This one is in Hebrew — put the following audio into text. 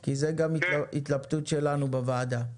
כי זאת גם התלבטות שלנו בוועדה: